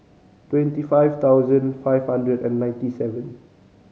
twenty five thousand five hundred and ninety seven